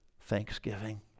thanksgiving